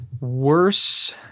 worse